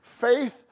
faith